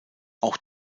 auch